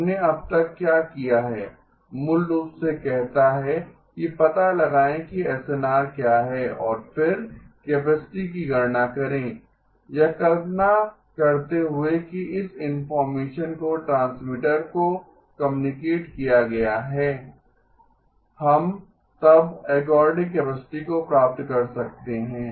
हमने अब तक क्या किया है मूल रूप से कहता है कि पता लगाएं कि एसएनआर क्या है और फिर कैपेसिटी की गणना करें यह कल्पना करते हुए कि इस इनफार्मेशन को ट्रांसमीटर को कम्यूनिकेट किया गया है हम तब एर्गोडिक कैपेसिटी को प्राप्त कर सकते हैं